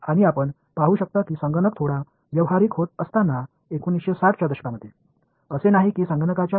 எனவே இப்போது எண்ணிக்கையில் திடமாக இருக்க வேண்டிய அவசியம் வந்துள்ளது மேலும் 1960 களில் கணினிகள் ஓரளவு நடைமுறைக்கு வந்ததை நீங்கள் காணலாம்